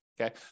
Okay